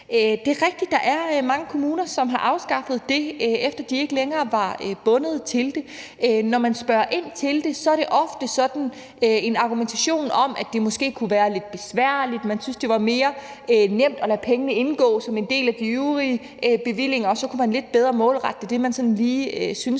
Det er rigtigt, at der er mange kommuner, som har afskaffet det, efter at de ikke længere var bundet til det. Når man spørger ind til det, er det ofte sådan en argumentation om, at det måske kunne være lidt besværligt; man syntes, det var nemmere at lade pengene indgå som en del af de øvrige bevillinger, og så kunne man lidt bedre målrette det til det,